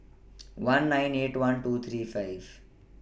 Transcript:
one nine eight one two three five